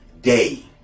Day